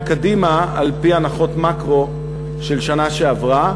קדימה על-פי הנחות מקרו של השנה שעברה,